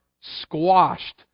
squashed